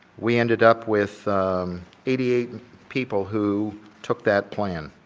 we ended up with eighty eight people who took that plan.